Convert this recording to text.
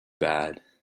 bad